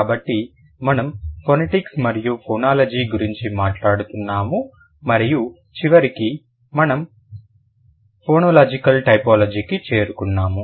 కాబట్టి మనము ఫొనెటిక్స్ మరియు ఫోనాలజీ గురించి మాట్లాడుతున్నాము మరియు చివరికి మనము ఫోనోలాజికల్ టైపోలాజీకి చేరుకున్నాము